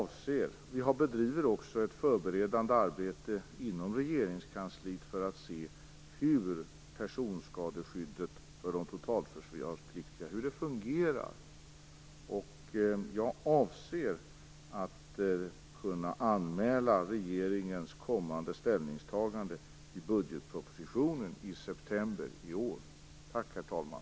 Vi bedriver också ett förberedande arbete inom Regeringskansliet för att se hur personskadeskyddet för de totalförsvarspliktiga fungerar. Jag avser att anmäla regeringens kommande ställningstagande i budgetpropositionen i september i år. Tack, herr talman!